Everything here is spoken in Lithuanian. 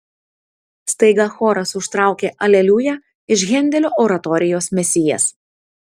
staiga choras užtraukė aleliuja iš hendelio oratorijos mesijas